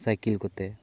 cycle ᱠᱚᱛᱮ